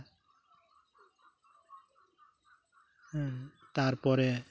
ᱛᱟᱨᱯᱚᱨᱮ